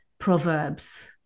Proverbs